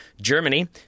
Germany